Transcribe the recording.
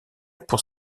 pour